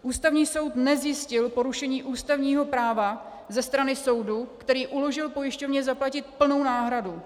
Ústavní soud nezjistil porušení ústavního práva ze strany soudu, který uložil pojišťovně zaplatit plnou náhradu.